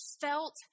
felt